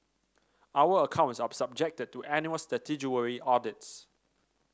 our accounts are subjected to annual statutory audits